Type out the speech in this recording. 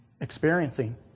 experiencing